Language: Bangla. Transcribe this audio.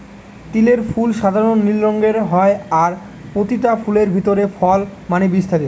তিলের ফুল সাধারণ নীল রঙের হয় আর পোতিটা ফুলের ভিতরে ফল মানে বীজ থাকে